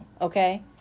okay